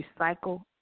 recycle